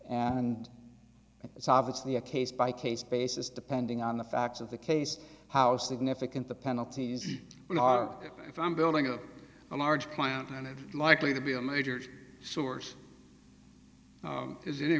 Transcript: and it's obviously a case by case basis depending on the facts of the case how significant the penalties are if i'm building a large client and likely to be a major source is it a